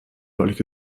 deutlich